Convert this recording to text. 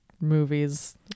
movies